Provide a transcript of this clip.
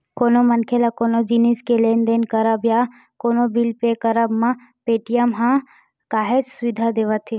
कोनो मनखे ल कोनो जिनिस के लेन देन करब म या कोनो बिल पे करब म पेटीएम ह काहेच सुबिधा देवथे